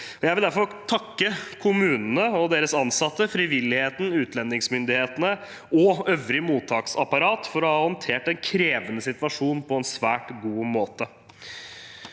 Jeg vil derfor takke kommunene og deres ansatte, frivilligheten, utlendingsmyndighetene og øvrig mottaksapparat for å ha håndtert en krevende situasjon på en svært god måte.